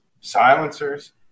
silencers